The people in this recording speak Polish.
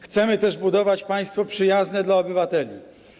Chcemy też budować państwo przyjazne dla obywateli.